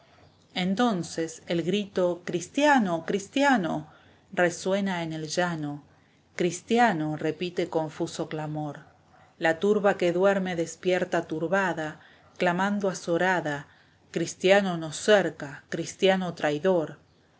entonces el grito cristiano cristiano resuena en el llano cristiano repite confuso clamor la turba que duerme despierta turbada clamando azorada cristiano nos cerca cristiano traidor